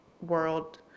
world